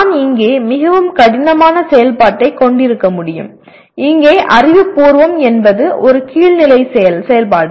நான் இங்கே மிகவும் கடினமான செயல்பாட்டைக் கொண்டிருக்க முடியும் இங்கே அறிவுபூர்வம் என்பது ஒரு கீழ் நிலை செயல்பாடு